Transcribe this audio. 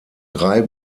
drei